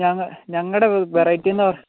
ഞങ്ങളുടെ വെറൈറ്റി എന്ന്